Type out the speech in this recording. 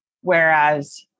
Whereas